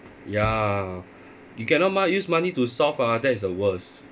ya you cannot mah use money to solve ah that is the worst